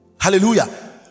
Hallelujah